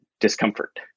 discomfort